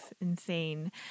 insane